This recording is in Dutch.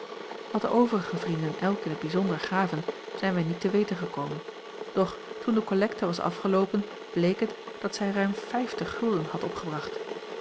wat de overige vrienden elk in t bijzonder gaven zijn wij niet te weten gekomen doch toen de kollekte was afgeloopen bleek het dat zij ruim vijftig gulden had opgebracht